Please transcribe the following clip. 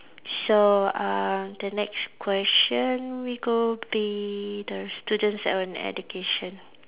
so uh the next question we go be the students and education